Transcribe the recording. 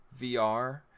vr